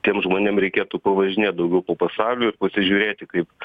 tiem žmonėm reikėtų pavažinėt daugiau po pasaulį ir pasižiūrėti kaip